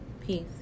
Peace